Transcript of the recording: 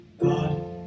God